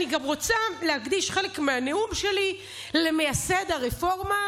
אני גם רוצה להקדיש חלק מהנאום שלי למייסד הרפורמה,